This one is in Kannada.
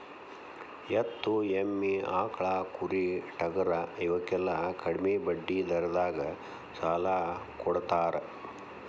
ಎತ್ತು, ಎಮ್ಮಿ, ಆಕ್ಳಾ, ಕುರಿ, ಟಗರಾ ಇವಕ್ಕೆಲ್ಲಾ ಕಡ್ಮಿ ಬಡ್ಡಿ ದರದಾಗ ಸಾಲಾ ಕೊಡತಾರ